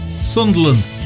Sunderland